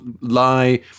lie